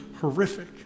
horrific